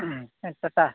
ᱦᱮᱸ ᱥᱮᱛᱟ